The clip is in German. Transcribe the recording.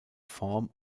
form